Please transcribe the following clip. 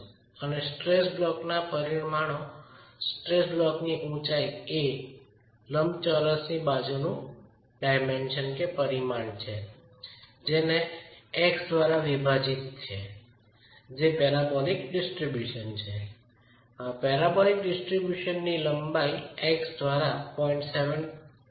અને સ્ટ્રેસ બ્લોકના પરિમાણો સ્ટ્રેસ બ્લોકની લંબાઈ a લંબચોરસની બાજુનું પરિમાણ છે જે x દ્વારા વિભાજીત છે જે પેરાબોલિક ડિસ્ટીબુસન છે પેરાબોલિક ડિસ્ટીબુસન ની લંબાઈ x દ્વારા 0